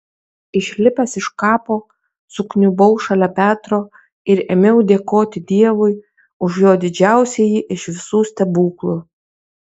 išlipęs iš kapo sukniubau šalia petro ir ėmiau dėkoti dievui už jo didžiausiąjį iš visų stebuklų